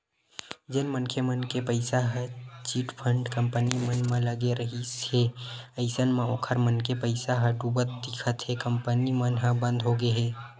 जेन मनखे मन के पइसा ह चिटफंड कंपनी मन म लगे रिहिस हे अइसन म ओखर मन के पइसा ह डुबत दिखत हे कंपनी मन ह बंद होगे हे